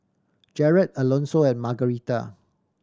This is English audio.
Jered Alonso and Margarita